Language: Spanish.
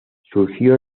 surgido